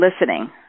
listening